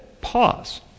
Pause